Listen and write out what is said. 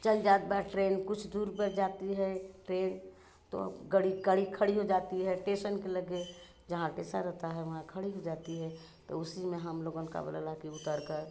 चल जात बा ट्रेन कुछ दूर पर जाती है ट्रेन तो गाड़ी गाड़ी खड़ी हो जाती है टेसन के लगे जहाँ टेसन रहता है वहाँ खड़ी हो जाती है तो उसी में हम लोगन का बोला ला कि उतरकर